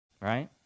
right